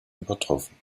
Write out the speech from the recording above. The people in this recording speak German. übertroffen